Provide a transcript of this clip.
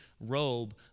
robe